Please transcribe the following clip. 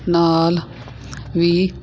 ਨਾਲ ਵੀ